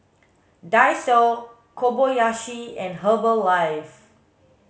Daiso Kobayashi and Herbalife